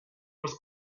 los